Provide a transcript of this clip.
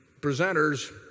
presenters